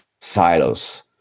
silos